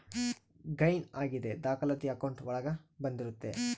gain ಆಗಿದ್ ದಾಖಲಾತಿ account ಒಳಗ ಬಂದಿರುತ್ತೆ